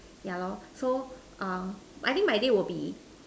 yeah loh so um I think my day will be